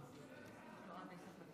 אבל כל הנציגים היו